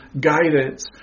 guidance